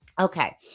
Okay